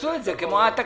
תעשו את זה כמו התקנות.